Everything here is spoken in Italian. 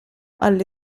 alle